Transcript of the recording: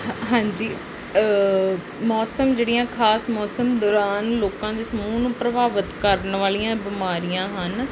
ਹਾਂਜੀ ਮੌਸਮ ਜਿਹੜੀਆਂ ਖਾਸ ਮੌਸਮ ਦੌਰਾਨ ਲੋਕਾਂ ਦੇ ਸਮੂਹ ਨੂੰ ਪ੍ਰਭਾਵਿਤ ਕਰਨ ਵਾਲੀਆਂ ਬਿਮਾਰੀਆਂ ਹਨ